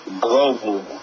global